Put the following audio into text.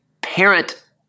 parent